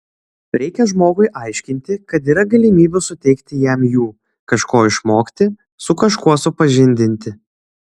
reikia žmogui aiškinti kad yra galimybių suteikti jam jų kažko išmokti su kažkuo supažindinti